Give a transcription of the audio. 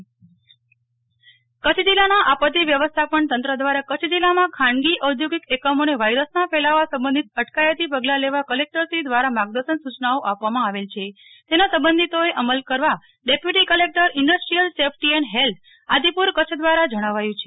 નેહ્લ ઠક્કર તા આપતિ વ્યવસ્થાપ કચ્છ જિલ્લાના આપત્તિ વ્યવસ્થાપન તંત્ર દ્વારા કચ્છ જિલ્લામાં ખાનગી ઔદ્યોગિક એકમોને વાયરસના ફેલાવા સબંઘિત અટકાયતી પગલાં લેવા કલેકટરશ્રી દ્વારા માર્ગદર્શન સૂચનાઓ આપવામાં આવેલ છે તેનો સબંધિતોએ અમલ કરવા deputy collector industrial safety and health Adipur Kutch દ્વારા જણાવાયું છે